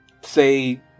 say